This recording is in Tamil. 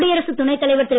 குடியரசுத் துணைத் தலைவர் திரு